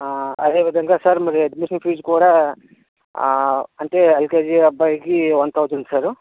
అదే విధంగా సార్ మరి అడ్మిషన్ ఫీస్ కూడా అంటే ఎల్కేజీ అబ్బాయికి వన్ థౌసండ్ సారు